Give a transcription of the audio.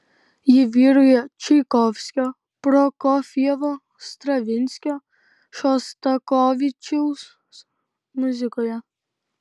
ji vyrauja čaikovskio prokofjevo stravinskio šostakovičiaus muzikoje